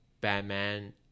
Batman